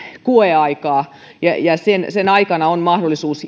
koeaikaa ja ja sen aikana on mahdollisuus